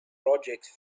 projects